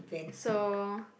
so